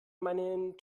meinen